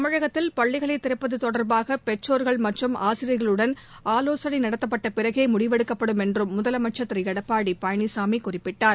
தமிழகத்தில் பள்ளிகளை திறப்பது தொடர்பாக பெற்றோர்கள் மற்றும் ஆசிரியர்களுடன் ஆலோசனை நடத்தப்பட்டபிறகே முடிவெடுக்கப்படும் என்றும் முதலமைச்சர் திரு எடப்பாடி பழனிசாமி குறிப்பிட்டார்